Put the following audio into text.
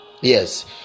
Yes